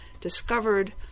discovered